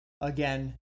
Again